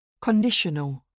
Conditional